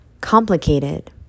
Complicated